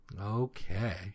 Okay